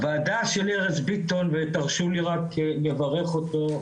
הוועדה של ארז ביטון ותרשו לי רק לברך אותו,